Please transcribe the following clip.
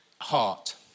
heart